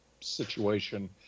situation